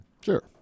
Sure